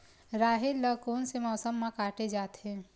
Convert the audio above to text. राहेर ल कोन से मौसम म काटे जाथे?